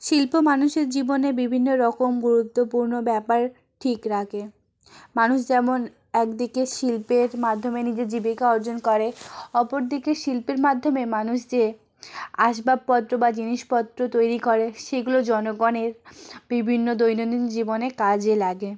শিল্প মানুষের জীবনে বিভিন্ন রকম গুরুত্বপূর্ণ ব্যাপার ঠিক রাখে মানুষ যেমন একদিকে শিল্পের মাধ্যমে নিজের জীবিকা অর্জন করে অপরদিকে শিল্পের মাধ্যমে মানুষ যে আসবাবপত্র বা জিনিসপত্র তৈরি করে সেগুলো জনগণের বিভিন্ন দৈনন্দিন জীবনে কাজে লাগে